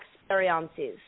experiences